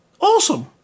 Awesome